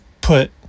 put